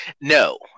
No